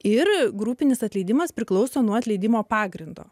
ir grupinis atleidimas priklauso nuo atleidimo pagrindo